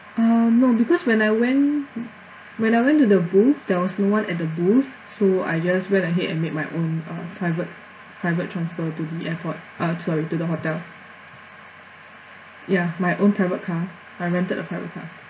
uh no because when I went when I went to the booth there was no one at the booth so I just went ahead and made my own uh private private transfer to the airport uh sorry to the hotel ya my own private car I rented a private car